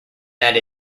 that